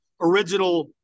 original